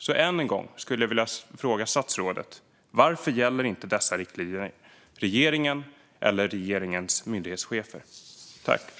Så än en gång skulle jag vilja fråga statsrådet: Varför gäller inte dessa riktlinjer regeringen eller regeringens myndighetschefer?